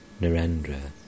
Narendra